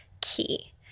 key